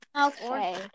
Okay